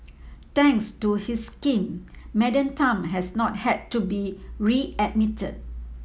thanks to his scheme Madam Tan has not had to be readmitted